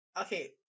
okay